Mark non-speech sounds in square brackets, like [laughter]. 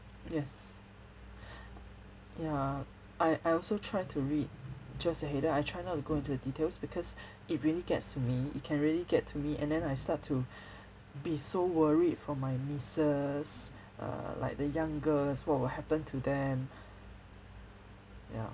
yes [breath] ya I I also try to read just the header I try not to go into the details because it really gets to me it can really get to me and then I start to be so worried for my nieces err like the young girls what will happen to them ya